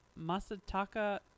masataka